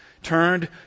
turned